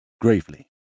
Gravely